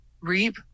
Reap